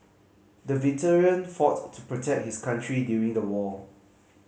the veteran fought to protect his country during the war